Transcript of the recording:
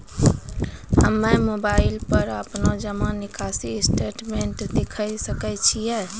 हम्मय मोबाइल पर अपनो जमा निकासी स्टेटमेंट देखय सकय छियै?